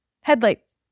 Headlights